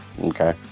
Okay